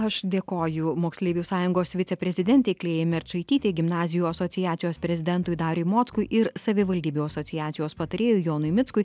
aš dėkoju moksleivių sąjungos viceprezidentei klėjai merčaitytei gimnazijų asociacijos prezidentui dariui mockui ir savivaldybių asociacijos patarėjui jonui mickui